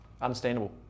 understandable